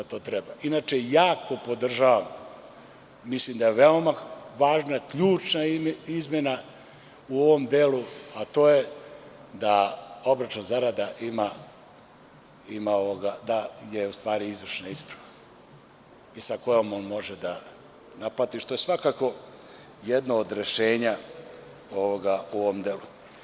Inače, jako podržavam i mislim da je veoma važna i ključna izmena u ovom delu to da obračun zarada ima da je u stvari izvršena ispravna i sa kojom može da naplati, što je svakako jedno od rešenja u ovom delu.